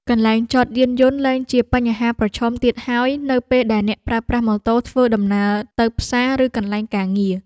កន្លែងចតយានយន្តលែងជាបញ្ហាប្រឈមទៀតហើយនៅពេលដែលអ្នកប្រើប្រាស់ម៉ូតូដើម្បីធ្វើដំណើរទៅផ្សារឬកន្លែងការងារ។